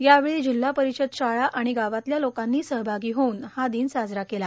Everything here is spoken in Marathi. यावेळी जिल्हा परिषद शाळा आणि गावातल्या लोकांनी सहभागी होऊन हा दिन साजरा केला